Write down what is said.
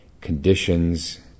conditions